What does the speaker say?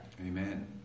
Amen